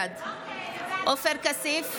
בעד עופר כסיף,